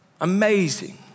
amazing